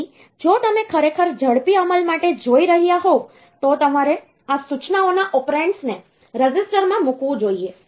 તેથી જો તમે ખરેખર ઝડપી અમલ માટે જોઈ રહ્યા હોવ તો તમારે આ સૂચનાઓના ઓપરેન્ડ્સને રેઝિસ્ટરમાં મૂકવું જોઈએ